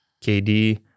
KD